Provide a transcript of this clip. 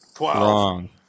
Wrong